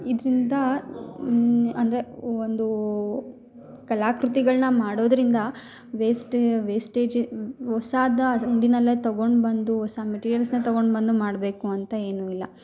ಇದರಿಂದ ಅಂದರೆ ಒಂದು ಕಲಾಕೃತಿಗಳ್ನ ಮಾಡೋದರಿಂದ ವೇಸ್ಟ್ ವೇಸ್ಟೇಜ್ ಹೊಸದ ಅಂಗ್ಡಿನಲ್ಲೇ ತೊಗೊಂಡ್ ಬಂದು ಹೊಸ ಮೆಟಿರಿಯಲ್ಸ್ನೆ ತೊಗೊಂಡು ಬಂದು ಮಾಡಬೇಕು ಅಂತ ಏನು ಇಲ್ಲ